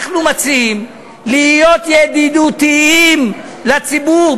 אנחנו מציעים להיות ידידותיים לציבור,